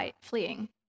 fleeing